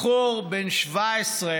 בחור בן 17,